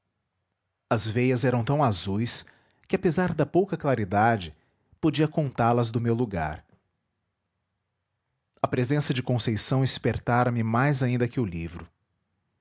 as veias eram tão azuis que apesar da pouca claridade podia contá las do meu lugar a presença de conceição espertara me ainda mais que o livro